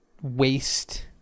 waste